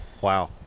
Wow